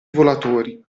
volatori